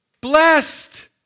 Blessed